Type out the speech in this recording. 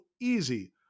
easy